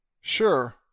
Sure